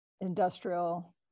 industrial